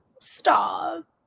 stop